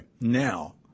Now